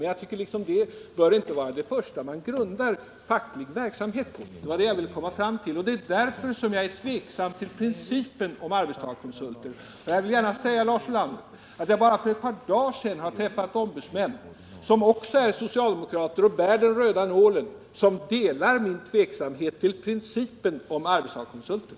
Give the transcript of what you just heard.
Men den fackliga verksamheten bör inte ha den grunden. Det var det jag ville komma fram till, och det är därför som jag är tveksam till principen om arbetstagarkonsulter. Jag vill gärna säga till Lars Ulander att jag för ett par dagar sedan träffade ombudsmän, som är socialdemokrater och bär den röda nålen och som delar min principiella tveksamhet beträffande arbetstagarkonsulter.